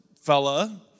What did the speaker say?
fella